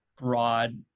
broad